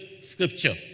scripture